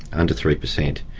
under three per cent.